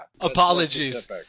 Apologies